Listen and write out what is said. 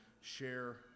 share